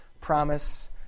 promise